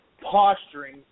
posturing